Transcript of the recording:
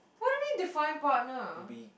what do you mean define partner